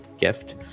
gift